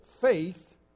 faith